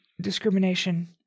discrimination